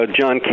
John